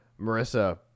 Marissa